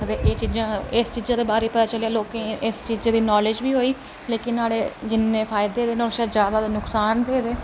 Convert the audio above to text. अदे एह् जेह्ड़ियां इस चीजां दे बारै च पता चलेआ लोकें ई इस चीजा दी नाेलेज बी होई लेकिन न्हाड़े जिन्ने फायदे जादा नुक्सान